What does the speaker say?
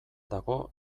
dago